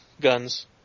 guns